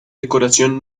decoración